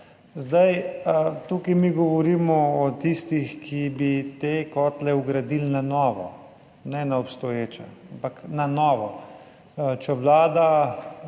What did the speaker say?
razvoj. Tukaj mi govorimo o tistih, ki bi te kotle vgradili na novo, ne v obstoječe, ampak na novo. Če vlada